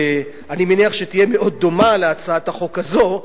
אני מניח שתהיה מאוד דומה להצעת החוק הזאת,